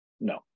No